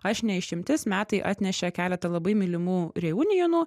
aš ne išimtis metai atnešė keletą labai mylimų reunijonų